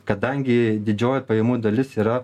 kadangi didžioji pajamų dalis yra